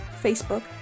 Facebook